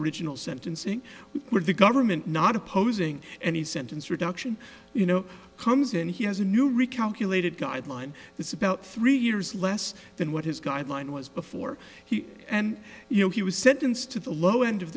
original sentencing with the government not opposing any sentence reduction you know comes in he has a new recalculated guideline it's about three years less than what his guideline was before he and you know he was sentenced to the low end of